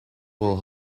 will